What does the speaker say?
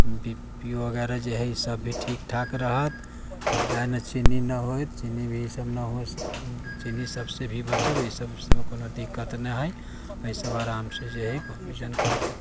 BPO वगैरह जे हइ सब ठीक ठाक रहत है ने चीनी नहि होयत चीनी भी ई सब नहि हो चीनी सबसे भी बचब ई सबसे भी कोनो दिक्कत नहि हइ एहि सब आराम से जे हइ भोजन करू